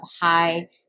high